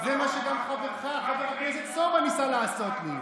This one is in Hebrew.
זה מה שחברך, חבר הכנסת סובה, ניסה לעשות לי.